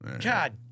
God